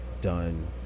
done